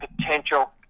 potential